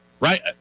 right